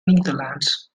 netherlands